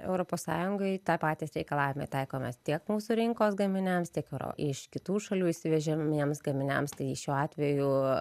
europos sąjungai tą patys reikalavimai taikomi tiek mūsų rinkos gaminiams tiek ar iš kitų šalių įsivežemiems gaminiams tai šiuo atveju